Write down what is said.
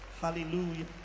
hallelujah